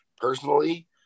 personally